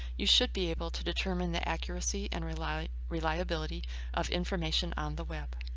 you should be able to determine the accuracy and reliability reliability of information on the web.